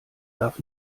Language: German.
darf